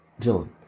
Dylan